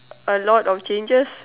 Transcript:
a lot of changes